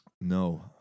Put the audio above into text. No